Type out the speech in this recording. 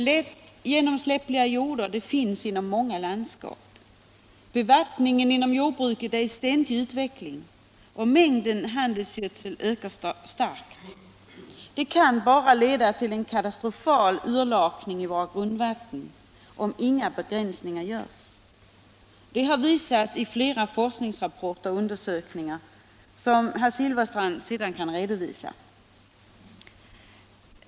Lätt genomsläppliga jordar finns inom många landskap, bevattningen inom jordbruket är i ständig utveckling och mängden handelsgödsel ökar starkt. Det kan bara leda till en katastrofal urlakning i vårt grundvatten - om inga begränsningar görs. Det har visats i flera forskningsrapporter och undersökningar, som herr Silfverstrand sedan kan redovisa.